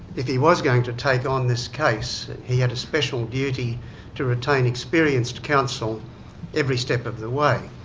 if he was going to take on this case, he had a special duty to retain experienced counsel every step of the way.